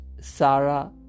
Sarah